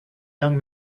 young